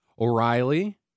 O'Reilly